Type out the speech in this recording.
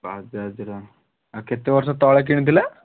ବାଜାଜ୍ର ଆଉ କେତେ ବର୍ଷ ତଳେ କିଣିଥିଲେ